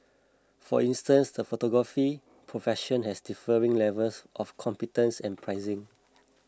for instance the photography profession has differing levels of competence and pricing